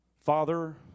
Father